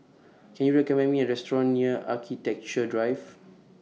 Can YOU recommend Me A Restaurant near Architecture Drive